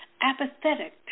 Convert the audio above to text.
apathetic